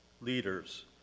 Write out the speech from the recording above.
leaders